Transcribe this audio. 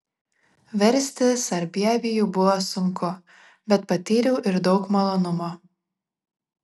versti sarbievijų buvo sunku bet patyriau ir daug malonumo